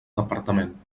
departament